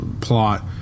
plot